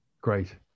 great